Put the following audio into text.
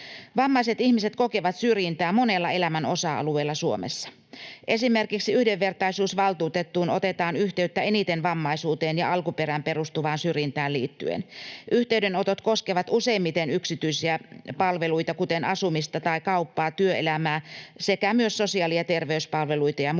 Vammaiset ihmiset kokevat syrjintää monilla elämän osa-alueilla Suomessa. Esimerkiksi yhdenvertaisuusvaltuutettuun otetaan yhteyttä eniten vammaisuuteen ja alkuperään perustuvaan syrjintään liittyen. Yhteydenotot koskevat useimmiten yksityisiä palveluita, kuten asumista tai kauppaa, työelämää sekä myös sosiaali- ja terveyspalveluita ja muita